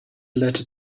letter